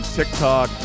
TikTok